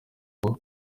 ngo